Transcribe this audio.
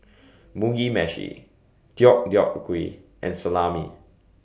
Mugi Meshi Deodeok Gui and Salami